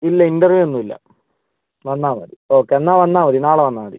ഇല്ല ഇൻ്റർവ്യൂ ഒന്നും ഇല്ല വന്നാൽ മതി ഓക്കെ എന്നാൽ വന്നാൽ മതി നാളെ വന്നാൽ മതി